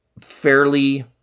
fairly